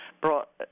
brought